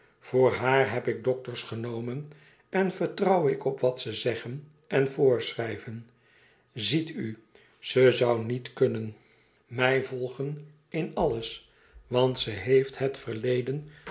voor haar heb ik dokters genomen en vertrouw ik op wat ze zeggen en voorschrijven ziet u ze zoû niet kunnen mij volgen in alles want ze heeft het verleden